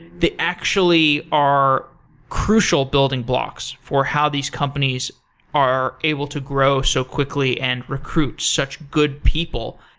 they actually are crucial building blocks for how these companies are able to grow so quickly and recruit such good people,